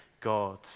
God